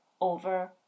over